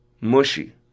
mushy